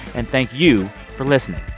and thank you for listening.